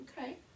Okay